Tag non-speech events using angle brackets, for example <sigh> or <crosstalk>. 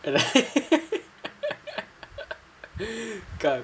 <laughs>